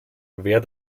wer